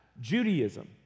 Judaism